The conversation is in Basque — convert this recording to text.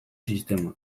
sistemak